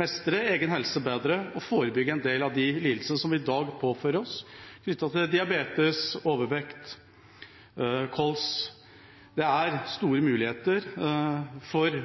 mestre egen helse bedre og forebygge en del av de lidelsene som vi i dag påfører oss, knyttet til diabetes, overvekt og kols. Det er store muligheter til